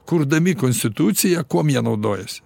kurdami konstituciją kuom jie naudojasi